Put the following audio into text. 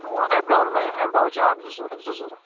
آ ایپ ڈامَن منٛز ایپ ڈامَن چھِ اَکھ زٕ ضوٚرَتھ زٕ ضوٚرَتھ